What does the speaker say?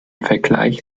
vergleich